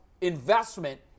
investment